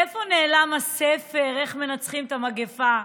איפה נעלם הספר "איך מנצחים מגפה"?